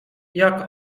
jak